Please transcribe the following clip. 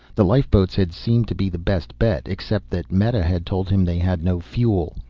the lifeboats had seemed to be the best bet, except that meta had told him they had no fuel.